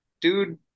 dude